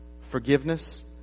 forgiveness